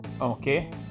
Okay